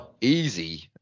easy